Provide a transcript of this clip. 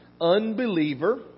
unbeliever